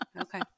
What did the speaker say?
okay